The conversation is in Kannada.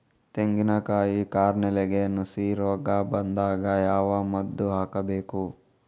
ತೆಂಗಿನ ಕಾಯಿ ಕಾರ್ನೆಲ್ಗೆ ನುಸಿ ರೋಗ ಬಂದಾಗ ಯಾವ ಮದ್ದು ಹಾಕಬೇಕು?